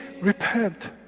repent